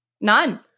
None